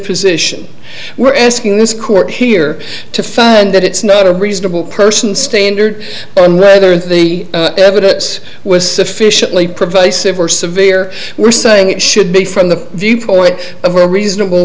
position we're asking this court here to find that it's not a reasonable person standard and whether the evidence was sufficiently provide a civil or severe we're saying it should be from the viewpoint of a reasonable